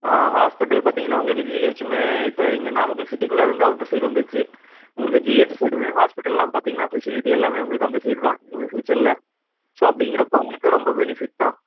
ஆ hospital பார்த்தீங்கன்னா உங்களுக்கு ஜிஹெச்சுமே இப்போ இங்கே நாமக்கல் சிட்டிக்குள்ளாரலேருந்து அவுட்டர் சைடு வந்துடுச்சு உங்களுக்கு ஜிஹெச்சு சைடு வேணும் ஹாஸ்பிடல்லாம் பார்த்தீங்கன்னா ஃபெசிலிட்டி எல்லாமே உங்களுக்கு அந்த சைடு தான் இனிமே ஃப்யூச்ரில் ஸோ அப்படிங்கிறப்ப உங்களுக்கு ரொம்ப பெனிஃபிட் தான்